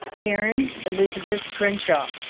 karen elizabeth crenshaw